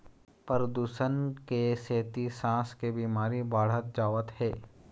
परदूसन के सेती सांस के बिमारी बाढ़त जावत हे